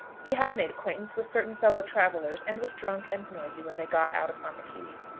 he had made acquaintance with certain fellow-travellers, and was drunk and noisy when they got out upon the quay.